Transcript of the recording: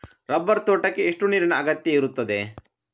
Rubber ತೋಟಕ್ಕೆ ಎಷ್ಟು ನೀರಿನ ಅಗತ್ಯ ಇರುತ್ತದೆ?